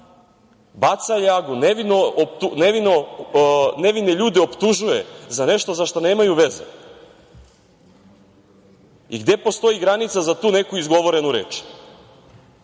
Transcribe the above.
baca ljagu, nevine ljude optužuje za nešto zašta nemaju veze. Gde postoji granica za tu neku izgovorenu